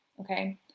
okay